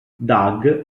doug